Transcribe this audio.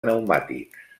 pneumàtics